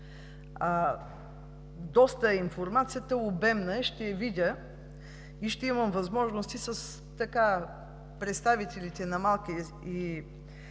Доста е информацията, обемна е, ще я видя. Ще имам възможност на представителите на малките